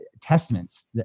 testaments